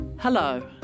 Hello